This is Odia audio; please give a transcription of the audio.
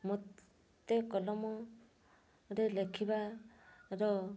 ମୋତେ କଲମରେ ଲେଖିବାର